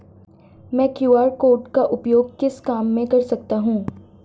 मैं QR code का उपयोग किस काम में कर सकता हूं?